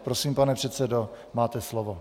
Prosím, pane předsedo, máte slovo.